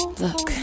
look